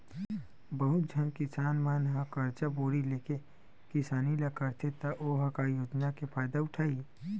बहुत झन किसान मन ह करजा बोड़ी लेके किसानी ल करथे त ओ ह का योजना के फायदा उठाही